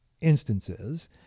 instances